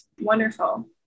Wonderful